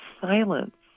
silence